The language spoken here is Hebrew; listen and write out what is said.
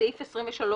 סעיף 22 אושר.